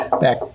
back